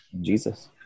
Jesus